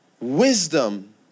wisdom